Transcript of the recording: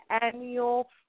annual